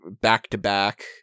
back-to-back